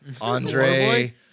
Andre